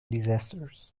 disasters